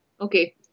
Okay